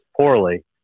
poorly